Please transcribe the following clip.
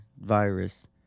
virus